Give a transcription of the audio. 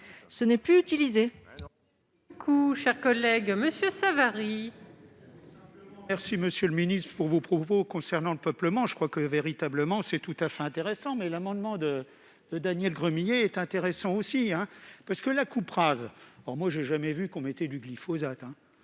n'est plus utilisé.